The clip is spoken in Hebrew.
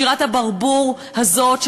שירת הברבור הזאת,